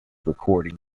recording